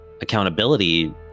accountability